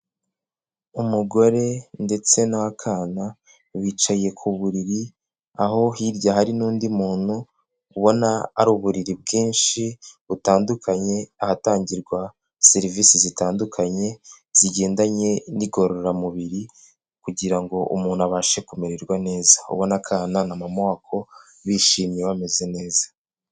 Umugore ndetse n'akana bicaye ku buriri, aho hirya hari n'undi muntu ubona ari uburiri bwinshi butandukanye ahatangirwa serivise zitandukanye zigendanye n'ingorororamubiri kugira ngo umuntu abashe kumererwa neza. Ubona akana na mama wako bishimye, bameze neza.